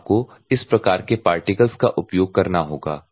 तब आपको इस प्रकार के पार्टिकल्स का उपयोग करना होगा